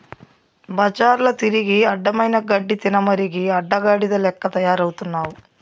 బజార్ల తిరిగి అడ్డమైన గడ్డి తినమరిగి అడ్డగాడిద లెక్క తయారవుతున్నావు